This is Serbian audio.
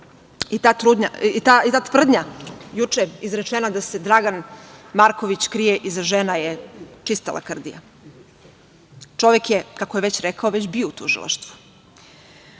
i ta tvrdnja juče izrečena da se Dragan Marković krije iza žena je čista lakrdija. Čovek je, kako je već rekao, bio u Tužilaštvu. Znate,